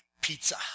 pizza